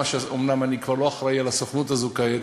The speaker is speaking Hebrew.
אומנם אני כבר לא אחראי על הסוכנות הזאת כעת,